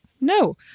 No